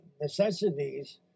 necessities